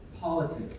politics